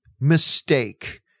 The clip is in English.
mistake